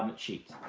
um cheat.